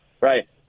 right –